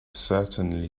certainly